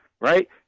right